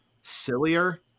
sillier